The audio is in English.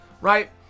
right